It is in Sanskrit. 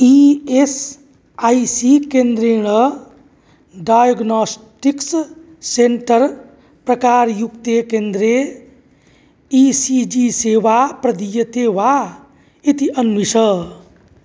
ई एस् ऐ सी केन्द्रेण डायग्नास्टिक्स् सेण्टर् प्रकारयुक्ते केन्द्रे ई सी जी सेवा प्रदीयते वा इति अन्विष